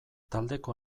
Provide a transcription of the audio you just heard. taldeko